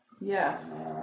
Yes